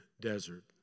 desert